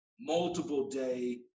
multiple-day